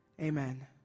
Amen